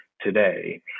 today